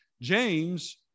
James